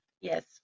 Yes